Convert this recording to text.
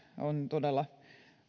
on todella